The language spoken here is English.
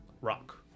rock